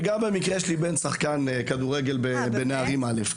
וגם במקרה יש לי בן שחקן כדורגל בנערים א'.